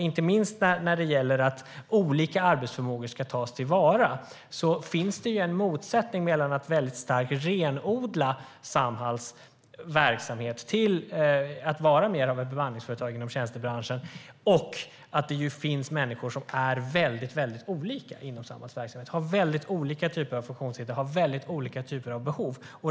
Inte minst när det gäller att olika arbetsförmågor ska tas till vara finns det en motsättning mellan att renodla Samhalls verksamhet till att bli mer ett bemanningsföretag inom tjänstebranschen och att det finns människor inom Samhalls verksamhet som har väldigt olika typer av funktionshinder och behov.